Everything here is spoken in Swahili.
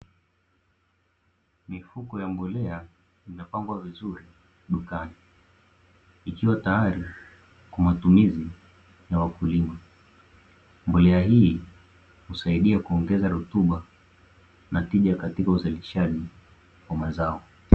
Mifuko ya mbolea imepangwa vizuri dukani, ikiwa tayari kwa matumizi ya wakulima, mbolea hii husaidia kuongeza rutuba na tija katika uzalishaji wa mazao.